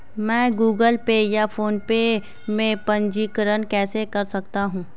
मैं Google Pay या PhonePe में पंजीकरण कैसे कर सकता हूँ?